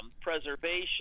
preservation